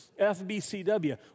FBCW